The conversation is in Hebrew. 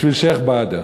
בשביל שיח' באדר.